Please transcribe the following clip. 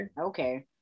Okay